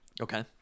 Okay